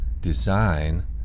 design